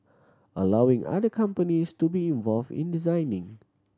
allowing other companies to be involved in designing